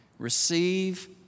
receive